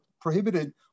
prohibited